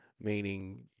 meaning